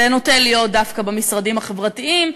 זה נוטה להיות דווקא במשרדים החברתיים,